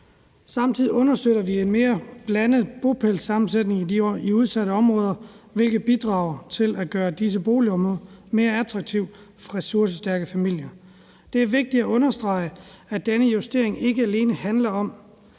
Samtidig understøtter vi en mere blandet bopælssammensætning i de udsatte områder, hvilket bidrager til at gøre disse boligområder mere attraktive for ressourcestærke familier. Det er vigtigt at understrege, at denne justering ikke alene handler om